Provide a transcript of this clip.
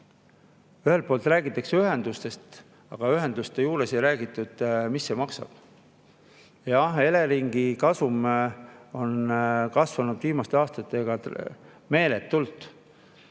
Ühelt poolt räägitakse ühendustest, aga ühenduste puhul ei räägita, mis need maksavad. Jah, Eleringi kasum on kasvanud viimaste aastatega meeletult,